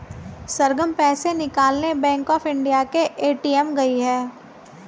सरगम पैसे निकालने bank of India के ए.टी.एम गई है